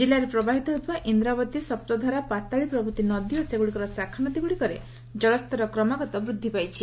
କିଲ୍ଲାରେ ପ୍ରବାହିତ ହେଉଥିବା ଇନ୍ଦାବତୀ ସପ୍ତଧାରା ପାତାଳୀ ପ୍ରଭୃତି ନଦୀ ଓ ସେଗୁଡ଼ିକର ଶାଖାନଦୀଗୁଡ଼ିକରେ ଜଳସ୍ତର କ୍ରମାଗତ ବୃଦ୍ଧି ପାଇଛି